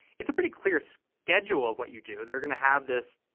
it's a pretty clear so schedule of what you do. they're going to have this,